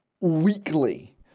weekly